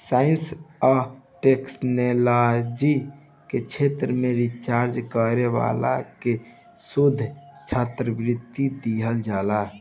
science आ technology के क्षेत्र में रिसर्च करे वाला के शोध छात्रवृत्ति दीहल जाला